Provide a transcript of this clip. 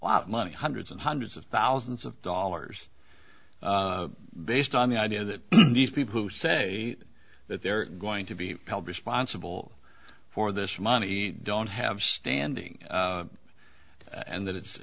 of money hundreds and hundreds of thousands of dollars based on the idea that these people who say that they're going to be held responsible for this money don't have standing and that it's